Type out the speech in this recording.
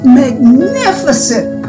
magnificent